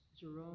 Jerome